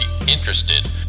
interested